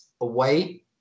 away